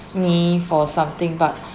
me for something but